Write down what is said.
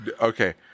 Okay